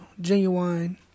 Genuine